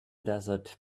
desert